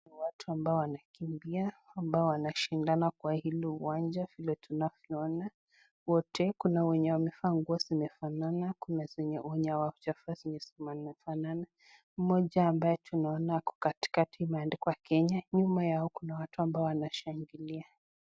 Watu ambao wanakimbia, ambao wanashindana kwa hilo uwanja vile tunavyoona. Wote kuna wenye wamevaa nguo zinafanana, kuna wenye wamevaa zenye hazijafanana. Mmoja ambaye tunaona ako katikati imeandikwa Kenya. Nyuma yao kuna watu ambao wanashangilia.